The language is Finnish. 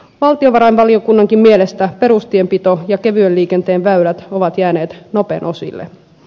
valtiovarainvaliokunnankin mielestä perustienpito ja kevyen liikenteen väylät ovat jääneet nopen osille